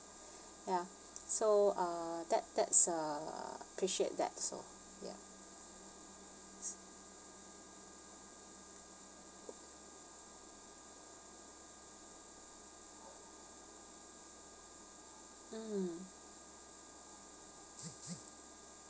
ya so uh that that's a appreciate that also ya s~ mm